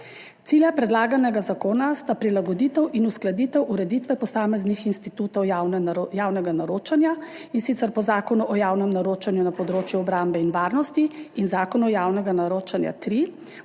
Cilja predlaganega zakona sta prilagoditev in uskladitev ureditve posameznih institutov javnega naročanja, in sicer po Zakonu o javnem naročanju na področju obrambe in varnosti in Zakonu o javnem naročanju